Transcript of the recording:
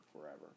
forever